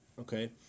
okay